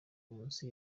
munsi